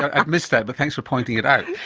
i've missed that but thanks for pointing it out. ah,